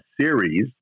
series